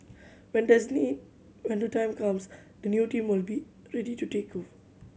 when there's a need when the time comes the new team will be ready to take of